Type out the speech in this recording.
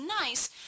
nice